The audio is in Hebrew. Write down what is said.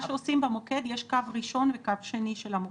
מה שעושים במוקד, יש קו ראשון וקו שני של המוקד.